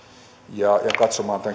ja katsomaan tämän